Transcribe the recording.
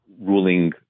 ruling